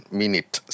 minute